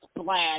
splash